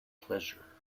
pleasure